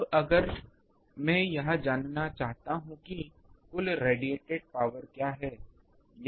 अब अगर मैं यह जानना चाहता हूं कि कुल रेडिएटेड पावर क्या है